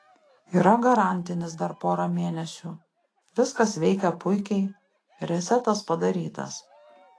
yra garantinis dar pora mėnesių viskas veikia puikiai resetas padarytas